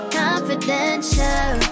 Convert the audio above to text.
confidential